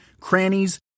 crannies